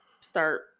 start